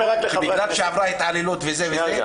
בגלל שעברה התעללות וזה,